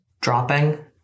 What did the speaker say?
dropping